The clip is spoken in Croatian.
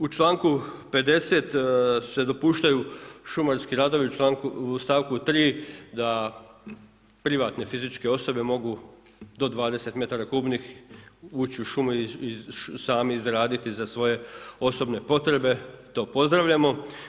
U članku 50. se dopuštaju šumarski radovi u stavku 3. da privatne fizičke osobe mogu do 20 metara kubnih ući u šume i sami izraditi za svoje osobne potrebe, to pozdravljamo.